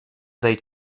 they